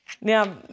Now